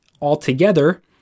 altogether